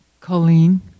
Colleen